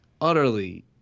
utterly